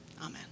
Amen